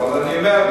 אבל אני אומר,